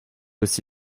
aussi